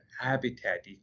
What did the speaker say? habitat